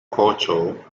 culture